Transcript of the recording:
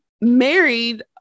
married